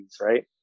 Right